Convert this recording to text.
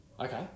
Okay